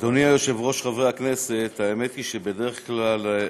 אדוני היושב-ראש, חברי הכנסת, האמת היא שבדרך כלל,